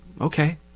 Okay